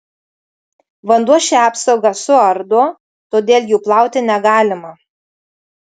vanduo šią apsaugą suardo todėl jų plauti negalima